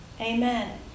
Amen